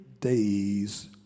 days